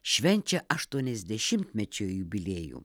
švenčia aštuoniasdešimtmečio jubiliejų